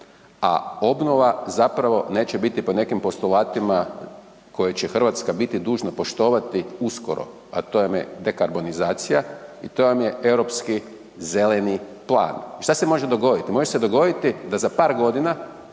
a obnova zapravo neće biti po nekim postulatima koje će Hrvatska biti dužna poštovani uskoro, a to vam je dekarbonizacija i to vam je Europski zeleni plan. I šta se može dogoditi? Može se dogoditi da za par godina